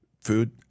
food